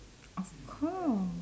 of course